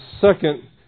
second